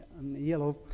yellow